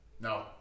No